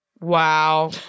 Wow